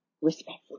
respectfully